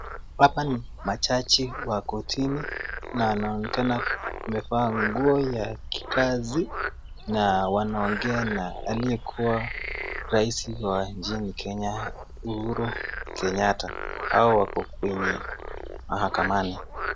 Hapa ni majaji wa kortini na anaonekana amevaa nguo ya kikazi na wanaongea na aliyekuwa rais wa nchini Kenya Uhuru Kenyatta. Hao wako kwenye mahakamani.